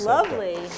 Lovely